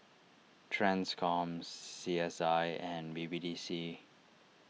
Transcom C S I and B B D C